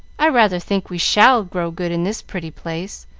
i rather think we shall grow good in this pretty place,